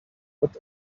what